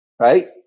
right